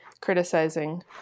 criticizing